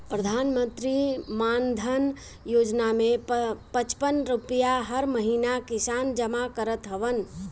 प्रधानमंत्री मानधन योजना में पचपन रुपिया हर महिना किसान जमा करत हवन